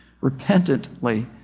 repentantly